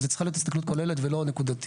וזו צריכה להיות הסתכלות כוללת ולא נקודתית.